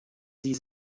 sie